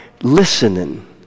listening